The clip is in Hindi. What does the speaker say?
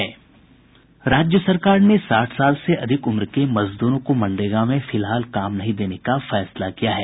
राज्य सरकार ने साठ साल से अधिक उम्र के मजदूरों को मनरेगा में फिलहाल काम नहीं देने का फैसला किया है